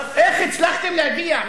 איך הצלחתם להגיע?